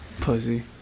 pussy